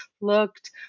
looked